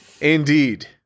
indeed